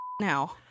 now